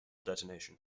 detonation